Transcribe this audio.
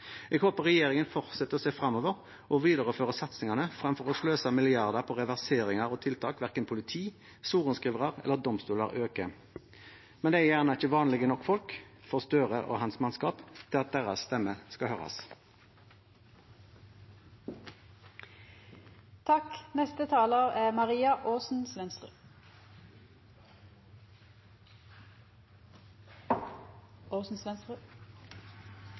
Jeg håper regjeringen fortsetter å se fremover og viderefører satsingene fremfor å sløse milliarder på reversering av tiltak verken politi, sorenskrivere eller domstoler ønsker. Men de er gjerne ikke vanlige nok folk for Gahr Støre og hans mannskap til at deres stemme skal høres.